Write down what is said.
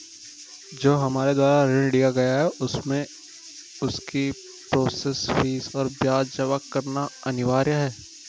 जो हमारे द्वारा ऋण लिया गया है उसमें उसकी प्रोसेस फीस और ब्याज जमा करना अनिवार्य है?